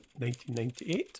1998